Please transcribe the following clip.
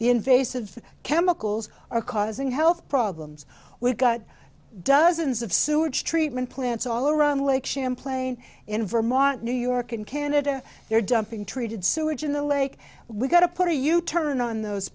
the invasive chemicals are causing health problems we've got dozens of sewage treatment plants all around lake champlain in vermont new york and canada they're dumping treated sewage in the lake we've got to put a u turn on those